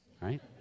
right